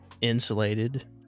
Insulated